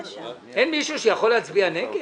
מישהו שיכול להצביע נגד?